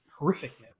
horrificness